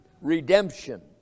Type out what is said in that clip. redemption